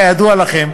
כידוע לכם,